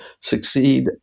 succeed